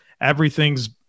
everything's